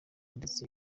ndetse